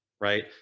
right